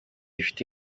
ifite